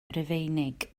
rufeinig